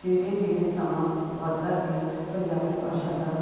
ਜਿਵੇਂ ਜਿਵੇਂ ਸਮਾਂ ਵੱਧਦਾ ਗਿਆ ਪੰਜਾਬੀ ਭਾਸ਼ਾ ਦਾ